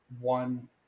one